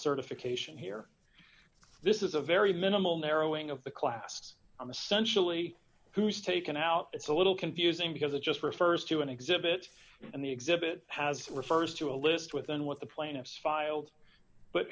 certification here this is a very minimal narrowing of the class i'm essentially who's taken out it's a little confusing because it just refers to an exhibit and the exhibit has refers to a list within what the plaintiffs filed but